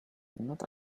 not